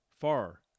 far